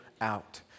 out